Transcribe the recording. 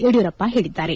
ಯಡಿಯೂರಪ್ಪ ಹೇಳಿದ್ದಾರೆ